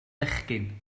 fechgyn